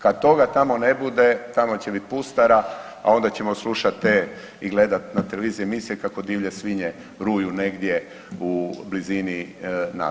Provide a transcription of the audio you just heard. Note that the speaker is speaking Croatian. Kad toga tamo ne bude tamo će biti pustara, a onda ćemo slušati te i gledati na televiziji emisije kako divlje svinje ruju negdje u blizini naselja.